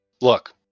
Look